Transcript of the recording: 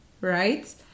Right